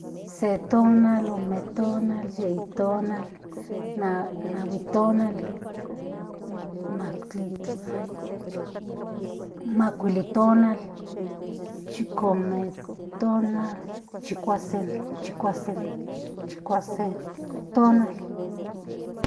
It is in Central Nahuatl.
Se tonal ome tonal yei tonal nahui tonal makuili tonal chikuasen tonal.